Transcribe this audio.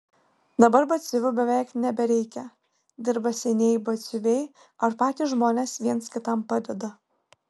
dabar batsiuvių beveik nebereikia dirba senieji batsiuviai ar patys žmonės viens kitam padeda